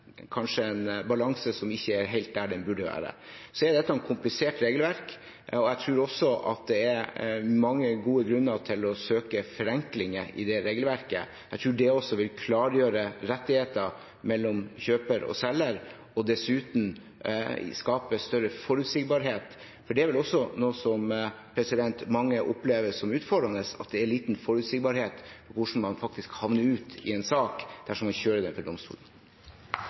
kanskje ikke er helt der den burde være. Så er dette et komplisert regelverk, og jeg tror det er mange gode grunner til å søke forenklinger i regelverket. Jeg tror det vil klargjøre rettigheter mellom kjøper og selger og dessuten skape større forutsigbarhet. For det er vel også noe som mange opplever som utfordrende, at det er liten forutsigbarhet for hvordan man faktisk havner ut i en sak dersom man kjører den for domstolen. Forstår jeg statsråden dit hen at han er positiv til